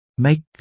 Make